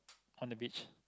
on the beach